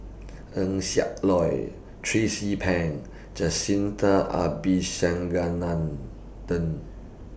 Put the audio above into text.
Eng Siak Loy Tracie E Pang Jacintha Abisheganaden